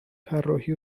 طراحی